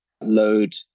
load